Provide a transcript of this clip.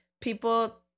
people